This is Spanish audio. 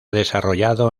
desarrollado